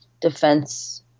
defense